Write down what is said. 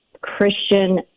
Christian